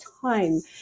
time